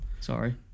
Sorry